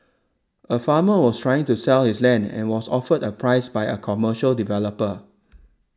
a farmer was trying to sell his land and was offered a price by a commercial developer